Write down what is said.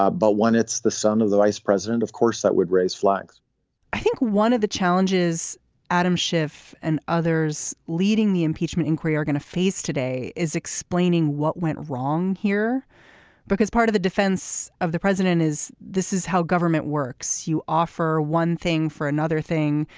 ah but one it's the son of the vice president of course that would raise flags i think one of the challenges adam schiff and others leading the impeachment inquiry are going to face today is explaining what went wrong here because part of the defense of the president is this is how government works you offer one thing for another thing.